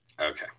okay